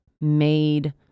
made